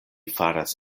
faras